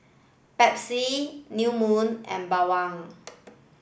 Pepsi New Moon and Bawang